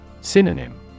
Synonym